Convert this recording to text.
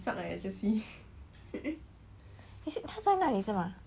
is it 它在那里是吗